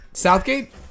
Southgate